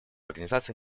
организации